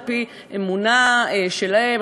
על-פי האמונה שלהם,